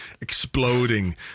exploding